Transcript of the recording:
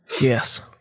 Yes